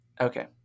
Okay